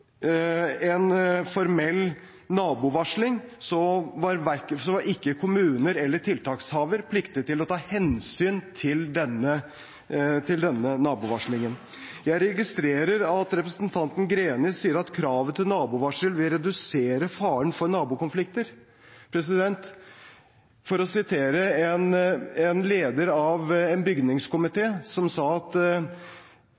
en formell nabovarsling, var ikke kommuner eller tiltakshaver pliktig til å ta hensyn til denne nabovarslingen. Jeg registrerer at representanten Greni sier at kravet til nabovarsel vil redusere faren for nabokonflikter. Jeg kan sitere en leder av en